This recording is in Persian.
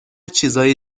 چیزای